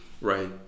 right